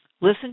Listen